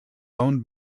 own